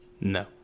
No